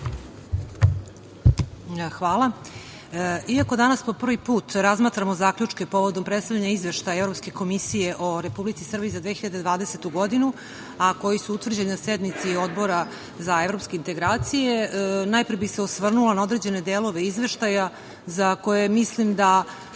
Hvala. Iako danas po prvi put razmatramo zaključke povodom predstavljanja Izveštaja Evropske komisije o Republici Srbiji za 2020. godinu, a koji su utvrđeni na sednici Odbora za evropske integracije, najpre bih se osvrnula na određene delove Izveštaja za koje mislim da